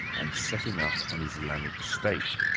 and setting up an islamic state.